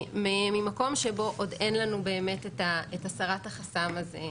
ממקום שבו עוד אין לנו באמת את הסרת החסם הזה,